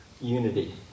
unity